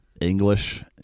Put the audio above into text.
English